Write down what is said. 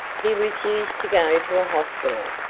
he refused to go to a hospital,